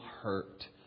hurt